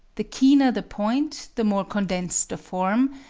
the keener the point, the more condensed the form,